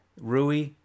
Rui